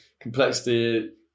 complexity